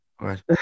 Right